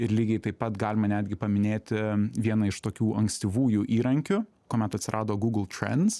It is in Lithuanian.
ir lygiai taip pat galima netgi paminėti vieną iš tokių ankstyvųjų įrankių kuomet atsirado google trends